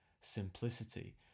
simplicity